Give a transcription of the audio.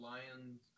Lions